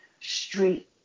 street